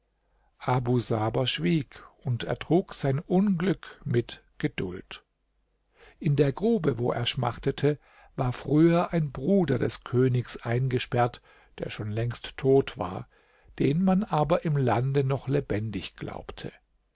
schwieg und ertrug sein unglück mit geduld in der grube wo er schmachtete war früher ein bruder des königs eingesperrt der schon längst tot war den man aber im lande noch lebendig glaubte